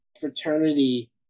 fraternity